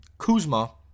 Kuzma